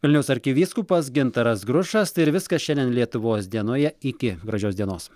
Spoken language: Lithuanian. vilniaus arkivyskupas gintaras grušas tai ir viskas šiandien lietuvos dienoje iki gražios dienos